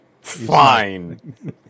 Fine